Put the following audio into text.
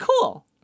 cool